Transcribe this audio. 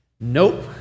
nope